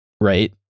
right